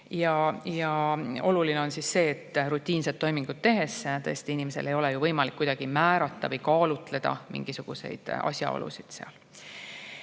Ja oluline on see, et rutiinset toimingut tehes ei ole inimesel tõesti võimalik kuidagi määrata või kaalutleda mingisuguseid asjaolusid.